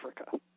Africa